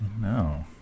No